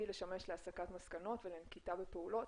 לשמש להסקת מסקנות ולנקיטה בפעולות.